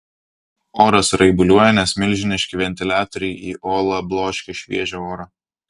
oras raibuliuoja nes milžiniški ventiliatoriai į olą bloškia šviežią orą